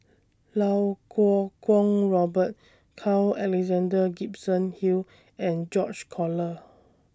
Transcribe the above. Lau Kuo Kwong Robert Carl Alexander Gibson Hill and George Collyer